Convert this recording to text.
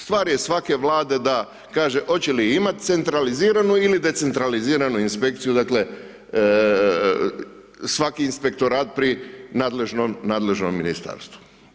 Stvar je svake Vlade da kaže hoće li imat centraliziranu ili decentraliziranu inspekciju dakle svaki inspektorat pri nadležnom ministarstvu.